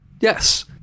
Yes